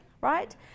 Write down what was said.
right